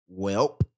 Welp